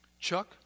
Chuck